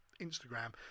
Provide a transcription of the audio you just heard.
Instagram